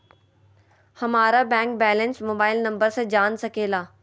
हमारा bank balance mobile number से जान सके ला?